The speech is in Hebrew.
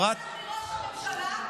תלמד מראש הממשלה,